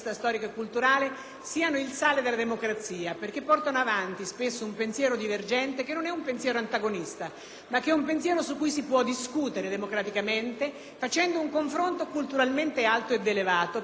ma è un pensiero su cui si può discutere democraticamente facendo un confronto culturalmente alto ed elevato per trovare le soluzioni migliori. Se ci impediamo questo tipo di confronto perché vogliamo comunque la *reductio ad unum*,